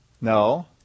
No